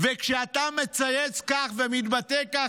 וכשאתה מצייץ כך ומתבטא כך,